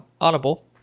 Audible